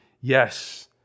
Yes